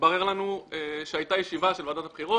התברר לנו שהייתה ישיבה של ועדת הבחירות